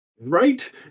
right